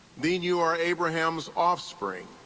then you are abraham's offspring,